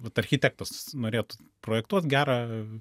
vat architektas norėtų projektuot gerą